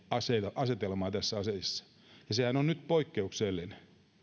asetelmaa tässä asiassa sehän on nyt poikkeuksellinen